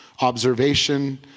Observation